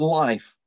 life